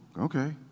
okay